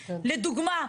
לדוגמה,